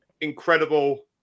incredible